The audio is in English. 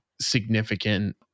significant